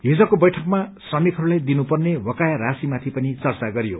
हिजको बैठकमा श्रमिकहरूलाई दिनुपर्ने वकाया राशिमाथि पनि चर्चा गरियो